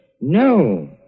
No